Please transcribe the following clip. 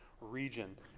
region